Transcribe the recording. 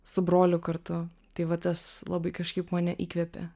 su broliu kartu tai va tas labai kažkaip mane įkvepia